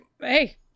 Hey